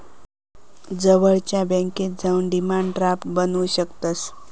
जवळच्या बॅन्केत जाऊन डिमांड ड्राफ्ट बनवू शकतंस